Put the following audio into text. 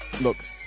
look